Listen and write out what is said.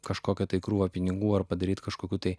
kažkokio tai krūvą pinigų ar padaryti kažkokių tai